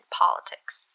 politics